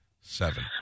Seven